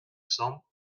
cents